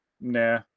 nah